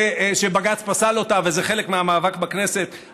שבג"ץ פסל אותו, וזה חלק מהמאבק בבג"ץ.